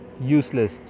useless